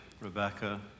Rebecca